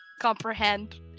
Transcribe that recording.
comprehend